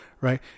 right